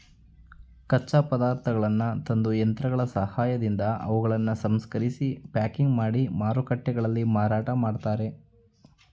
ಕಚ್ಚಾ ಪದಾರ್ಥಗಳನ್ನು ತಂದು, ಯಂತ್ರಗಳ ಸಹಾಯದಿಂದ ಅವುಗಳನ್ನು ಸಂಸ್ಕರಿಸಿ ಪ್ಯಾಕಿಂಗ್ ಮಾಡಿ ಮಾರುಕಟ್ಟೆಗಳಲ್ಲಿ ಮಾರಾಟ ಮಾಡ್ತರೆ